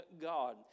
God